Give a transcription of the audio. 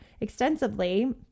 extensively